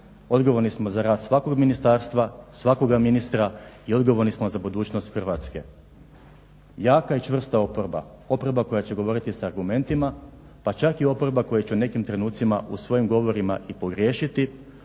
odgovorni smo za rad svakog ministarstva, svakoga ministra i odgovorni smo za budućnost Hrvatske. Jaka i čvrsta oporba, oporba koja će govoriti s argumentima, pa čak i oporba koja će u nekim trenucima u svojim govorima i pogriješiti